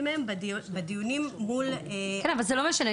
מהן בדיונים מול --- אבל זה לא משנה.